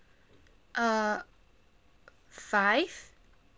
uh five